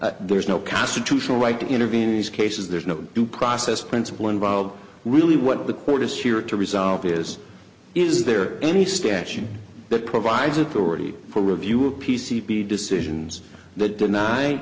so there's no constitutional right to intervene these cases there's no due process principle involved really what the court is here to resolve is is there any statute that provides authority for review of p c b decisions the deny in